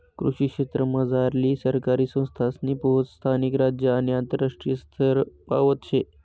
कृषी क्षेत्रमझारली सहकारी संस्थासनी पोहोच स्थानिक, राज्य आणि आंतरराष्ट्रीय स्तरपावत शे